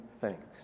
thanks